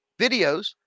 Videos